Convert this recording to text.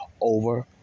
over